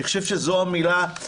אני חושב שזו המילה הנכונה,